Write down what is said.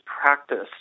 practice